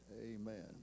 amen